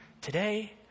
today